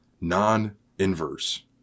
non-inverse